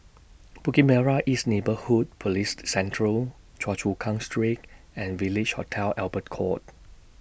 Bukit Merah East Neighbourhood Policed Central Choa Chu Kang Street and Village Hotel Albert Court